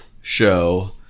show